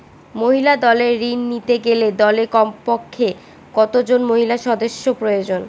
মহিলা দলের ঋণ নিতে গেলে দলে কমপক্ষে কত জন মহিলা সদস্য প্রয়োজন?